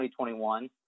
2021